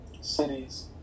cities